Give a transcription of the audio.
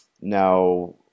Now